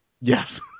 Yes